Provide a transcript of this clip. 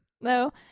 No